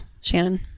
Shannon